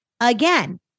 Again